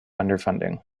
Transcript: underfunding